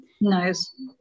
nice